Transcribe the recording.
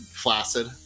flaccid